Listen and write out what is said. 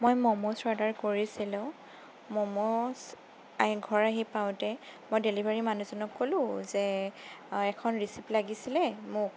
মই মম'ছ অৰ্ডাৰ কৰিছিলোঁ মম'ছ আই ঘৰ আহি পাওঁতে মই ডেলিভাৰী মানুহজনক ক'লো যে এখন ৰিচিপ্ট লাগিছিলে মোক